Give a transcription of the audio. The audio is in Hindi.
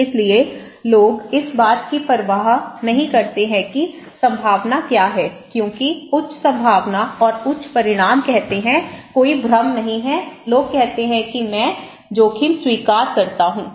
इसलिए लोग इस बात की परवाह नहीं करते हैं कि संभावना क्या है क्योंकि उच्च संभावना और उच्च परिमाण कहते हैं कोई भ्रम नहीं है लोग कहते हैं कि मैं जोखिम स्वीकार करता हूं